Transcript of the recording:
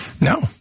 No